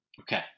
Okay